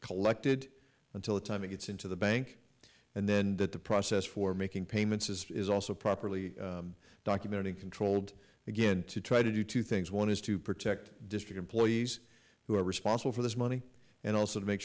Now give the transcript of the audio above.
collected until the time it gets into the bank and then that the process for making payments is also properly documented and controlled again to try to do two things one is to protect district employees who are responsible for this money and also to make